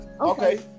okay